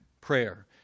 prayer